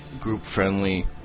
group-friendly